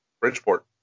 Bridgeport